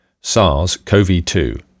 SARS-CoV-2